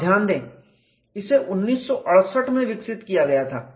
आप ध्यान दें इसे 1968 में विकसित किया गया था